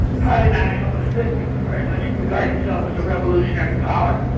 highly nationalistic, very much regarding itself as a revolutionary power.